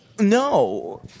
No